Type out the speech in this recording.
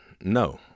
No